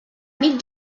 nit